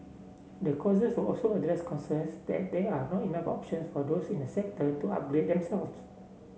the courses will also address concerns that there are not enough option for those in the sector to upgrade them self